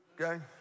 okay